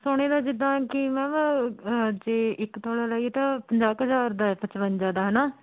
ਸੋਨੇ ਦਾ ਜਿੱਦਾਂ ਕੀ ਮੈਮ ਅ ਜੇ ਇੱਕ ਤੋਲਾ ਲਈਏ ਤਾਂ ਪੰਜਾਹ ਕੁ ਹਜ਼ਾਰ ਦਾ ਪਚਵੰਜਾ ਦਾ ਹੈ ਨਾ